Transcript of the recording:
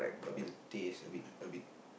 maybe the taste a bit a bit